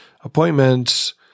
appointments